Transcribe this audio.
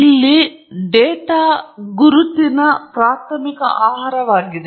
ಇಲ್ಲಿ ಡೇಟಾ ಗುರುತಿನ ಪ್ರಾಥಮಿಕ ಆಹಾರವಾಗಿದೆ